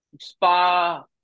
spa